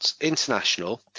international